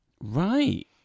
Right